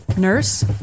Nurse